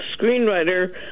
screenwriter